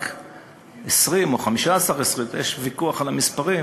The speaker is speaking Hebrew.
רק 15% 20% יש ויכוח על המספרים,